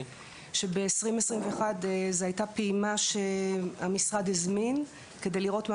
שב-2021 זו הייתה פעימה שהמשרד הזמין הכי לראות מה